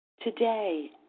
Today